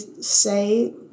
say